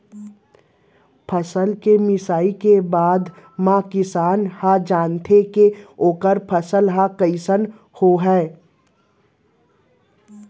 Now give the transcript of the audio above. फसल के मिसाई के बादे म किसान ह जानथे के ओखर फसल ह कइसन होय हे